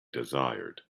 desired